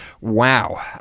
Wow